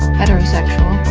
heterosexual,